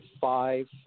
five